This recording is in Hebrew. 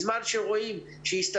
בזמן שרואים שיש ויכוחים שונים לגבי הסכמות